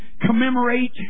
commemorate